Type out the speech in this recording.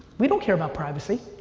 we don't care about privacy.